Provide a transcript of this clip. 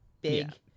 big